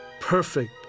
perfect